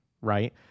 Right